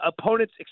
opponents